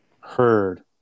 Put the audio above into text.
heard